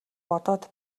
бодоод